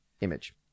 image